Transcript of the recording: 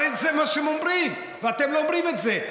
הרי זה מה שהם אומרים, ואתם לא אומרים את זה.